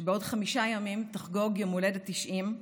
שבעוד חמישה ימים תחגוג יום הולדת 90,